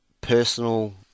personal